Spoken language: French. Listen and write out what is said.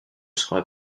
sera